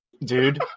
dude